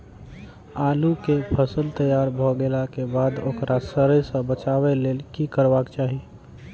आलू केय फसल तैयार भ गेला के बाद ओकरा सड़य सं बचावय लेल की करबाक चाहि?